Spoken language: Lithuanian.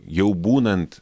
jau būnant